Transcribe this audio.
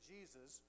Jesus